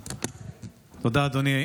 תודה, אדוני.